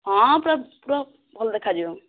ହଁ ପୁରା ପୁରା ଭଲ ଦେଖାଯିବ